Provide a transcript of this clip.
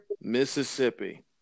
Mississippi